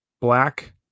black